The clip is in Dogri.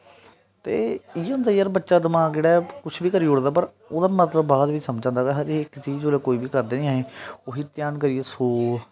ते इ'यै होंदा यार बच्चा दमाक जेह्ड़ा ऐ कुछ बी करी ओड़दा पर ओह्दा मतलब बाद च समझ आंदा हर इक चीज जेल्लै कोई बी करदा ना अहीं उसी ध्यान करियै सौ